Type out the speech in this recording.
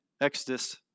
Exodus